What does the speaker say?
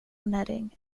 netting